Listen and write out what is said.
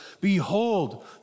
behold